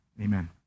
Amen